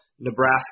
Nebraska